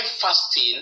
fasting